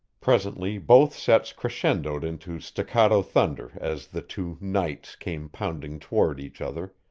presently both sets crescendoed into staccato thunder as the two knights came pounding toward each other,